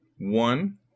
one